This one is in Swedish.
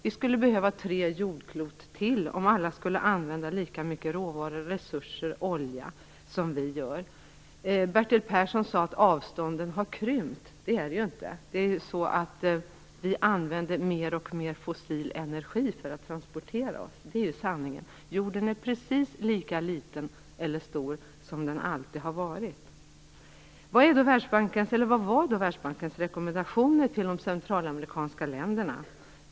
Vi skulle behöva tre jordklot till, om alla skulle använda lika mycket råvaror och resurser, t.ex. olja, som vi gör. Bertil Persson sade att avstånden har krympt, men så är det inte. Sanningen är den att vi använder mer och mer av fossil energi för att transportera oss. Jorden är precis lika stor som den alltid har varit. Vilka var då Världsbankens rekommendationer till de centralamerikanska länderna?